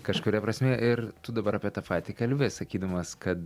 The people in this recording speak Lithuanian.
kažkuria prasme ir tu dabar apie tą patį kalbi sakydamas kad